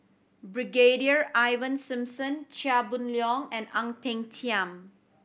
Brigadier Ivan Simson Chia Boon Leong and Ang Peng Tiam